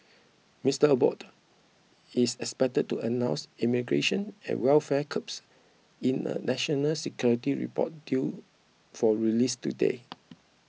Mister Abbott is expected to announce immigration and welfare curbs in a national security report due for release today